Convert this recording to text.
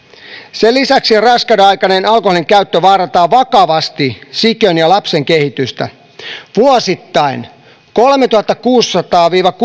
sen lisäksi raskaudenaikainen alkoholinkäyttö vaarantaa vakavasti sikiön ja lapsen kehitystä vuosittain kolmentuhannenkuudensadan viiva